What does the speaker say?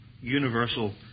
universal